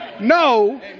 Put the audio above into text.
No